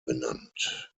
benannt